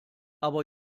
aber